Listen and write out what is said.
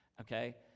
Okay